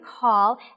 call